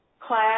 class